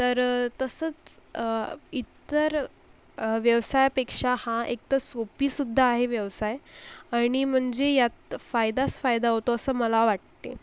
तर तसंच इतर व्यवसायापेक्षा हा एक तर सोपीसुद्धा आहे व्यवसाय आणि म्हणजे यात फायदास फायदा होतो असं मला वाटते